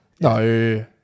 No